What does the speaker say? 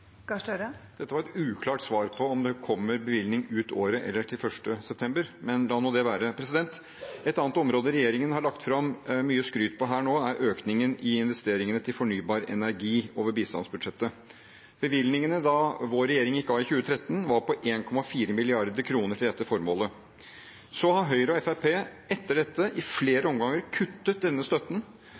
Gahr Støre – til oppfølgingsspørsmål. Dette var et uklart svar på om det kommer bevilgning ut året eller til 1. september, neste år, men la nå det være. Et annet område regjeringen har lagt fram mye skryt for her nå, er økningen i investeringene til fornybar energi over bistandsbudsjettet. Bevilgningene da vår regjering gikk av i 2013, var på 1,4 mrd. kr til dette formålet. Så har Høyre og Fremskrittspartiet etter dette i flere omganger kuttet i denne støtten,